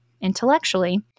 intellectually